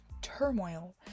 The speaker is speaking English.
turmoil